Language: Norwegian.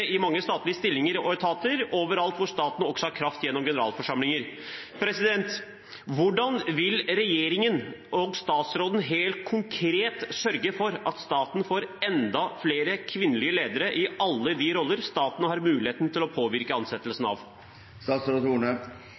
i statlige stillinger og etater, også overalt hvor staten har makt gjennom generalforsamlinger. Hvordan vil regjeringen og statsråden helt konkret sørge for at staten får enda flere kvinnelige ledere i alle de roller der staten har mulighet til å påvirke ansettelsen?